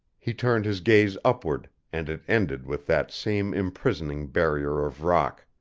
he turned his gaze upward, and it ended with that same imprisoning barrier of rock.